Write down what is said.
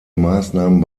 maßnahmen